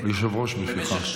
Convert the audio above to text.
היושב-ראש בשבילך.